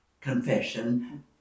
confession